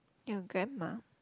your grandma